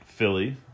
Philly